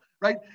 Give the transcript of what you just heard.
right